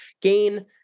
gain